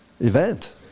event